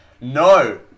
No